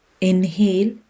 inhale